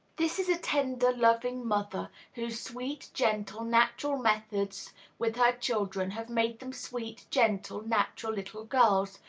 this is a tender, loving mother, whose sweet, gentle, natural methods with her children have made them sweet, gentle, natural little girls,